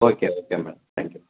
okay okay madam thank you